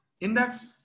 index